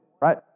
right